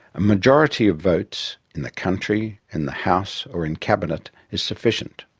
a majority of votes in the country, in the house or in cabinet is sufficient.